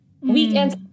Weekends